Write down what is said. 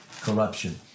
corruption